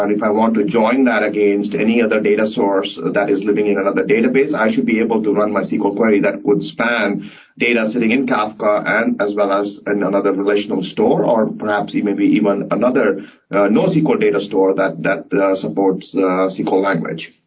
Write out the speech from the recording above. um if i want to join that against any other data source that is living in another database, i should be able to run my sequel query that would span data sitting in kafka and as well as another relational store, or perhaps maybe even another nosql data store that that supports the sql language,